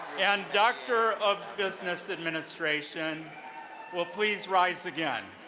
and doctor of business administration will please rise again.